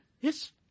Yes